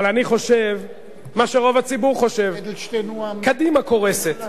אבל אני חושב מה שרוב הציבור חושב: קדימה קורסת.